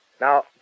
Now